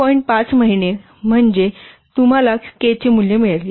5 महिने म्हणजे तुम्हाला Kचे मूल्य मिळेल